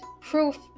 proof